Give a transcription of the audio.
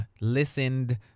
listened